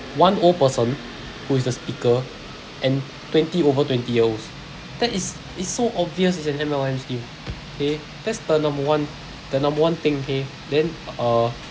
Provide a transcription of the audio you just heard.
one old person who is the speaker and twenty over twenty year olds that is it's so obvious it's an M_L_M scheme okay that's the number one the number one thing okay then uh